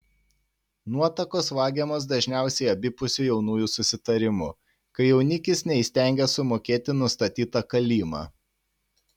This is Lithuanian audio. nuotakos vagiamos dažniausiai abipusiu jaunųjų susitarimu kai jaunikis neįstengia sumokėti nustatytą kalymą